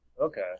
Okay